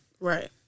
Right